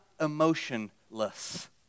emotionless